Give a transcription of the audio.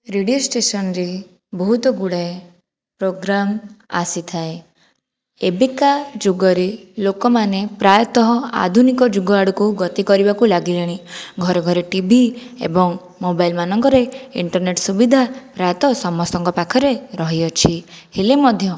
radio ଷ୍ଟେସନ୍ରେ ବହୁତ ଗୁଡ଼ାଏ ପ୍ରୋଗ୍ରାମ୍ ଆସିଥାଏ ଏବେକା ଯୁଗରେ ଲୋକମାନେ ପ୍ରାୟତଃ ଆଧୁନିକଯୁଗ ଆଡ଼କୁ ଗତି କରିବାକୁ ଲାଗିଲେଣି ଘରେ ଘରେ ଟିଭି ଏବଂ ମୋବାଇଲ୍ମାନଙ୍କରେ ଇଣ୍ଟରନେଟ୍ ସୁବିଧା ପ୍ରାୟତଃ ସମସ୍ତଙ୍କ ପାଖରେ ରହିଅଛି ହେଲେ ମଧ୍ୟ